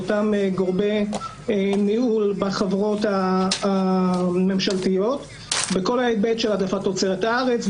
באותם גורמי ניהול בחברות הממשלתיות בכל ההיבט של העדפת תוצרת הארץ,